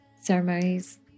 ceremonies